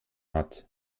hat